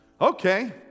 Okay